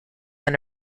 and